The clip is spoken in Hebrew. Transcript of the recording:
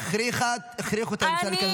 הכריחו את הממשלה להיכנס למלחמה.